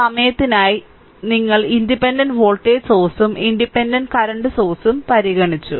സമയത്തിനായി ഞങ്ങൾ independent voltage സോഴ്സ്ഉം independent current സോഴ്സ്ഉം പരിഗണിച്ചു